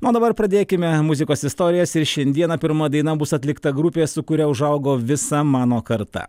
nuo dabar pradėkime muzikos istorijas ir šiandieną pirma daina bus atlikta grupės su kuria užaugo visa mano karta